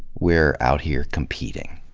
we're out here competing.